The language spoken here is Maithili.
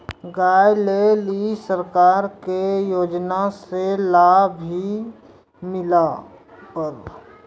गाय ले ली सरकार के योजना से लाभ मिला पर?